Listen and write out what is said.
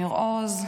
ניר עוז,